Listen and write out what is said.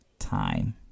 time